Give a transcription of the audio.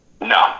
No